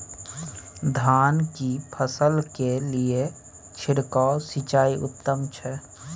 धान की फसल के लिये छिरकाव सिंचाई उत्तम छै?